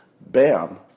bam